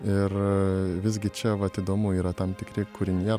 ir visgi čia vat įdomu yra tam tikri kūrinyje